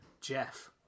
Jeff